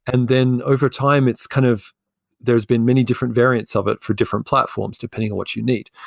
and then over time it's kind of there's been many different variants of it for different platforms, depending on what you need.